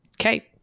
okay